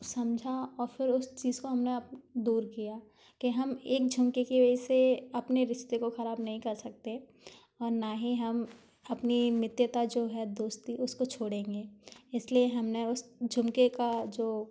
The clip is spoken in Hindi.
समझा और फिर उस चीज को हमने आप दूर किया कि हम एक झुमके की वजह से अपने रिश्ते को खराब नहीं कर सकते और ना ही हम अपनी मित्रता जो है दोस्ती उसको छोड़ेंगे इसलिए हमने उस झुमके का जो